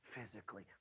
Physically